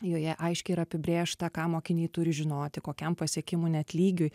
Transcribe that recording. joje aiškiai yra apibrėžta ką mokiniai turi žinoti kokiam pasiekimų net lygiui